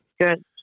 Good